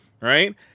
right